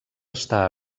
està